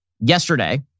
Yesterday